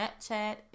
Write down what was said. Snapchat